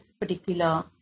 particular